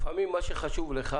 לפעמים מה שחשוב לך